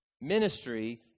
Ministry